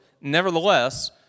Nevertheless